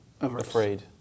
afraid